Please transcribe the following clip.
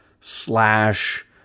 slash